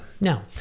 Now